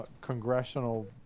congressional